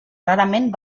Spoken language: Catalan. rarament